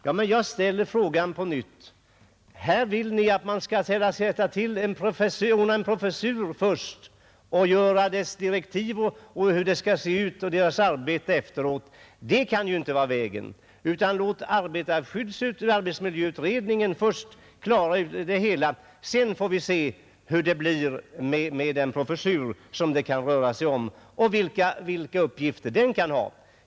Ja, jag säger på nytt: Här vill ni att man skall ordna en professur först och ge direktiv för arbetet efteråt. Det kan ju inte vara rätta vägen, utan låt arbetsmiljöutredningen klara det hela. Sedan får vi se hur det blir med den professur som det kan röra sig om och vilka uppgifter den kan ha.